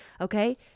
Okay